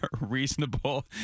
reasonable